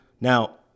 Now